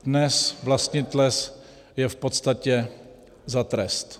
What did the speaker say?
Dnes vlastnit les je v podstatě za trest.